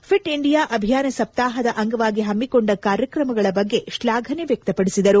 fit India ಅಭಿಯಾನ ಸಪ್ತಾಪದ ಅಂಗವಾಗಿ ಪಮ್ಮಿಕೊಂಡ ಕಾರ್ಯಕ್ರಮಗಳ ಬಗ್ಗೆ ಶ್ಲಾಫನ ವ್ಯಕ್ತಪಡಿಸಿದರು